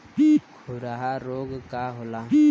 खुरहा रोग का होला?